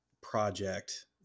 project